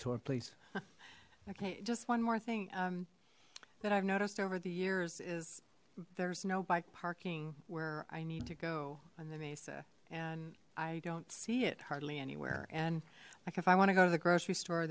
sorry please okay just one more thing um that i've noticed over the years is there's no bike parking where i need to go on the mesa and i don't see it hardly anywhere and like if i want to go to the grocery store